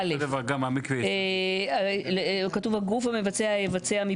איך יצאת להתייעצות בלי